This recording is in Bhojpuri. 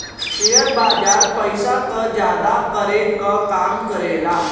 सेयर बाजार पइसा क जादा करे क काम करेला